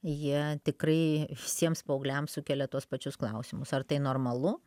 jie tikrai visiems paaugliams sukelia tuos pačius klausimus ar tai normalu